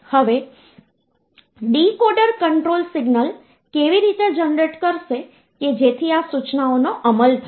હવે decoder control signal કેવી રીતે જનરેટ કરશે કે જેથી આ સૂચનાનો અમલ થાય